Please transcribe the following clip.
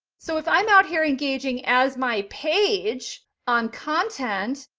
so if i'm out here engaging as my page on content,